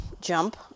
jump